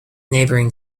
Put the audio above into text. neighboring